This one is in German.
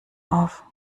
auf